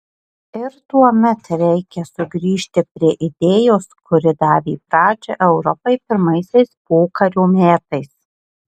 ir tuomet reikia sugrįžti prie idėjos kuri davė pradžią europai pirmaisiais pokario metais